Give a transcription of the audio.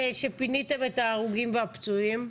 כשפיניתם את ההרוגים והפצועים?